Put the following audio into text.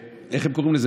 איך הם קוראים לזה?